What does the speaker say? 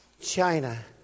China